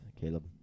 Caleb